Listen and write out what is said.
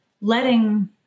letting